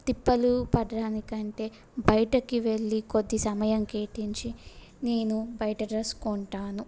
తిప్పలు పడడానికంటే బయటకి వెళ్ళి కొద్ది సమయం కేటాయించి నేను బయట డ్రెస్ కొంటాను